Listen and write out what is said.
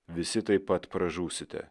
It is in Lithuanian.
visi taip pat pražūsite